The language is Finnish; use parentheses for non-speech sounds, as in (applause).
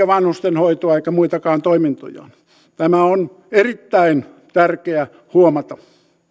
(unintelligible) vanhustenhoitoa eikä muitakaan toimintoja tämä on erittäin tärkeää huomata